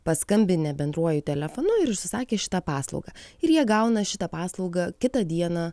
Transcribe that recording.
paskambinę bendruoju telefonu ir užsisakę šitą paslaugą ir jie gauna šitą paslaugą kitą dieną